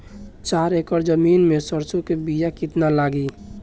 चार एकड़ जमीन में सरसों के बीया कितना लागी?